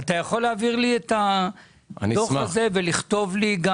אתה יכול להעביר לי את הדוח הזה ולכתוב לי את